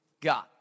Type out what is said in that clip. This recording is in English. God